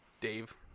Dave